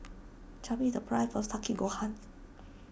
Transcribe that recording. tell me the price of Takikomi Gohan